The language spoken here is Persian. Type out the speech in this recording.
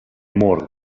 مرغ